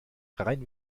rein